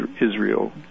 Israel